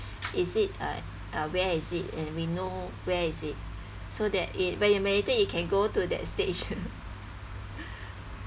is it uh uh where is it and we know where is it so that in when you meditate you can go to that stage